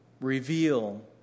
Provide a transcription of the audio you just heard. reveal